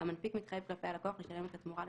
והמנפיק מתחייב כלפי הלקוח לשלם את התמורה לספק,